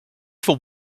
for